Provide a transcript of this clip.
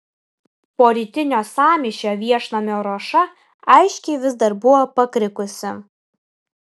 po rytinio sąmyšio viešnamio ruoša aiškiai vis dar buvo pakrikusi